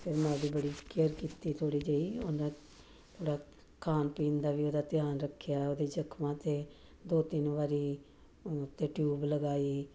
ਫਿਰ ਮੈਂ ਉਹਦੀ ਬੜੀ ਕੇਅਰ ਕੀਤੀ ਥੋੜ੍ਹੀ ਜਿਹੀ ਉਹਦਾ ਥੋੜ੍ਹਾ ਖਾਣ ਪੀਣ ਦਾ ਵੀ ਉਹਦਾ ਧਿਆਨ ਰੱਖਿਆ ਉਹਦੇ ਜ਼ਖਮਾਂ 'ਤੇ ਦੋ ਤਿੰਨ ਵਾਰੀ ਉਹ 'ਤੇ ਟਿਊਬ ਲਗਾਈ